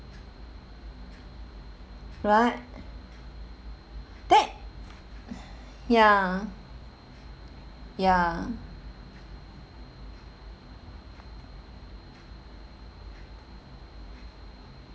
right that ya ya